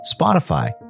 Spotify